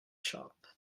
shop